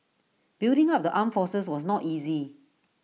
building up the armed forces was not easy